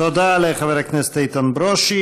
תודה לחבר הכנסת איתן ברושי.